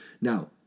Now